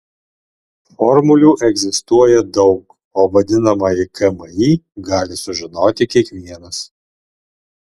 formulių egzistuoja daug o vadinamąjį kmi gali sužinoti kiekvienas